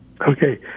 Okay